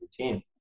routine